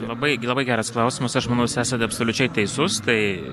labai labai geras klausimas aš manau jūs esat absoliučiai teisus tai